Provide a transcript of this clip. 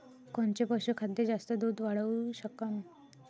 कोनचं पशुखाद्य जास्त दुध वाढवू शकन?